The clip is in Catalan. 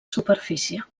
superfície